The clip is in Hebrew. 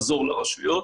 לעזור לרשויות,